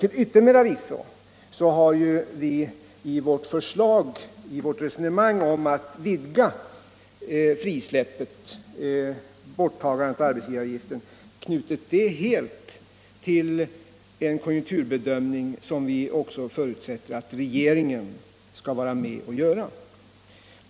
Till yttermera visso har vi knutit vårt resonemang om att vidga borttagandet av arbetsgivaravgiften helt till en konjunkturbedömning, som vi också förutsätter att regeringen skall vara med och göra.